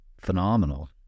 phenomenal